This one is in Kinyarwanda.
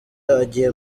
agiye